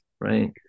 right